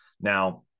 now